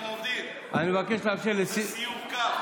בסיור קו,